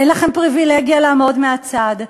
אין לכם פריבילגיה לעמוד מהצד.